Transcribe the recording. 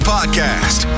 Podcast